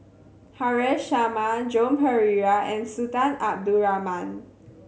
Haresh Sharma Joan Pereira and Sultan Abdul Rahman